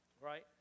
right